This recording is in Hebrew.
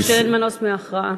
כמו שאין מנוס מהכרעה.